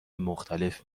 مختلف